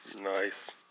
Nice